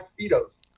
speedos